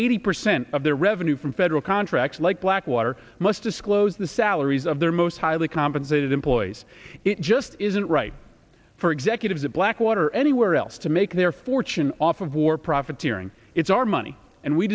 eighty percent of their revenue from federal contractors like blackwater must disclose the salaries of their most highly compensated employees it just isn't right for executives of blackwater anywhere else to make their fortune off of war profiteering it's our money and we